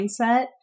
mindset